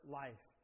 life